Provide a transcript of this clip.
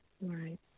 right